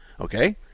Okay